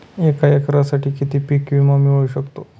एका एकरसाठी किती पीक विमा मिळू शकतो?